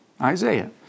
Isaiah